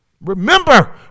remember